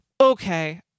okay